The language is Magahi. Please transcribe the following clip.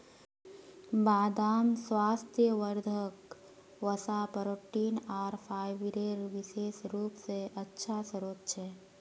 बदाम स्वास्थ्यवर्धक वसा, प्रोटीन आर फाइबरेर विशेष रूप स अच्छा स्रोत छ